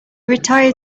retired